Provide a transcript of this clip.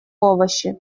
овощи